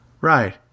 Right